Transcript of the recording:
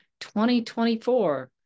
2024